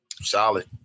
Solid